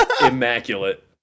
immaculate